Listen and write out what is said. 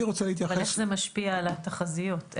איך זה משפיע על התחזיות?